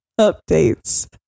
Updates